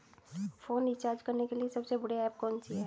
Phone recharge करने के लिए सबसे बढ़िया ऐप कौन सी है?